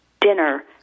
dinner